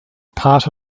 part